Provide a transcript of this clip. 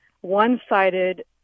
one-sided